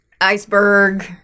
Iceberg